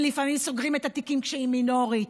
ולפעמים סוגרים את התיקים כשהיא מינורית,